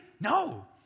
No